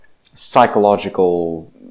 psychological